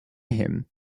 him